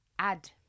add